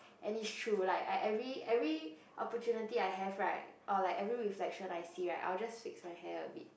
and is true like I every every opportunity I have right or like every reflection I see right I'll just fix my hair a bit